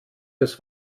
des